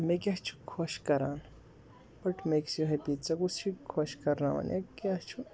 مےٚ کیٛاہ چھِ خۄش کران وَٹ میکٕس یوٗ ہٮ۪پی ژےٚ کُس چھِ خۄش کرناوان یا کیاہ چھُ